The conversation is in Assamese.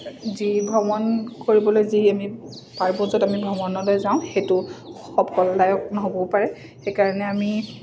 যি ভ্ৰমণ কৰিবলৈ যি আমি পাৰ্বজ্যত আমি ভ্ৰমণলৈ যাওঁ সেইটো সফলদায়ক নহ'বও পাৰে সেইকাৰণে আমি